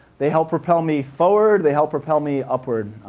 they help propel me forward, they help propel me upward.